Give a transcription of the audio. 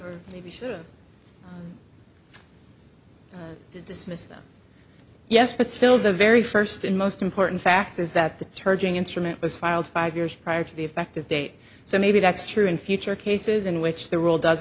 have maybe said dismiss them yes but still the very first and most important fact is that the charging instrument was filed five years prior to the effective date so maybe that's true in future cases in which the rule does